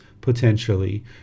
potentially